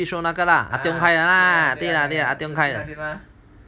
beach road 那个 ah tiong 开的 lah